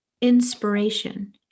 inspiration